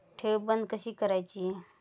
ठेव बंद कशी करायची?